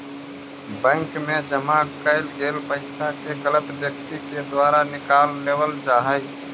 bank मैं जमा कैल गेल पइसा के गलत व्यक्ति के द्वारा निकाल लेवल जा हइ